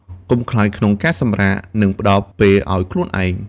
កុំខ្លាចក្នុងការសម្រាក និងផ្តល់ពេលឱ្យខ្លួនឯង។